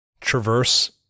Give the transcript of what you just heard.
traverse